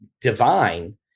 divine